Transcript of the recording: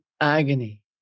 agony